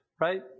right